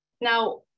Now